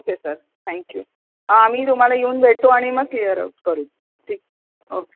okay sir thank you आम्ही तुम्हाला येऊन भेटू आणि मग क्लिअर आऊट करू ठीक ओके